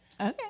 okay